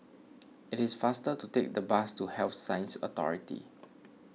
it is faster to take the bus to Health Sciences Authority